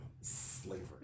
slavery